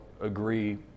agree